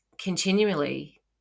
continually